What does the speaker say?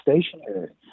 stationary